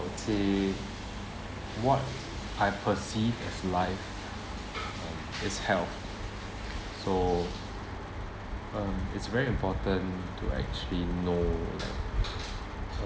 would say what I perceive as life um is health so uh it's very important to actually know like uh